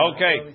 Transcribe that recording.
Okay